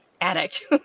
addict